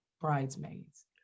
bridesmaids